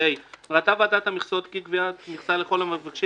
" ראתה ועדת המכסות כי קביעת מכסה לכל המבקשים